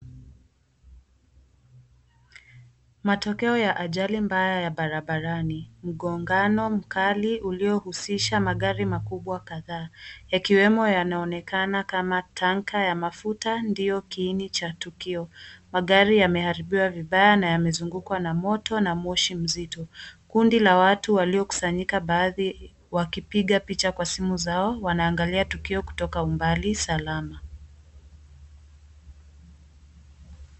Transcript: Matokeo ya ajali mbaya ya barabarani. Mgongano mkali uliohusisha magari makubwa kadhaa, yakiwemo yanaonekana kama tanka ya mafuta ndiyo kiini cha tukio. Magari yameharibiwa vibaya na yamezungukwa na moto na moshi mzito. Kundi la watu waliokusanyika, baadhi wakipiga picha kwa simu zao, wanaangalia tukio kutoka umbali salama.